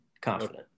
Confident